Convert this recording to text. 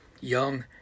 Young